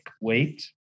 weight